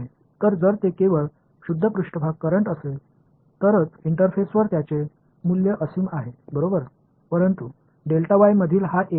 எனவே இது ஒரு பியூா் சா்பேஸ் கரண்ட் ஆக இருந்தால் மட்டுமே இன்டெர்ஃபேஸின் மதிப்பு எல்லையற்றது என்ற பொருளில் ஆனால் இந்த M பெருக்கல் அதற்கான வரையறுக்கப்பட்ட அளவாக இருக்கும்